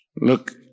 look